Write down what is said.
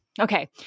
Okay